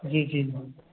جی جی